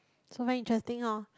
so very interesting orh